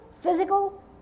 physical